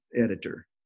editor